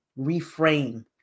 reframe